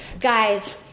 guys